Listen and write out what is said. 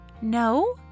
No